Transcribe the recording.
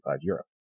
Europe